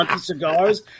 cigars